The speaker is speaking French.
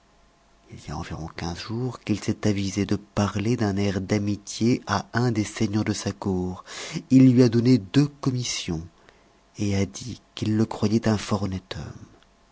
il y a environ quinze jours qu'il s'est avisé de parler d'un air d'amitié à un des seigneurs de sa cour il lui a donné deux commissions et a dit qu'il le croyait un fort honnête homme